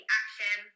action